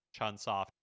Chunsoft